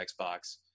Xbox